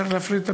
צריך להפריד אותה